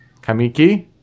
Kamiki